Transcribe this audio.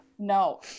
no